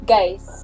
Guys